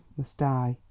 must die,